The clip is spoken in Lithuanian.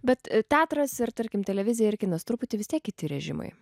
bet teatras ir tarkim televizija ir kinas truputį vis tiek kiti režimai